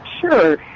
Sure